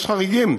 יש חריגים.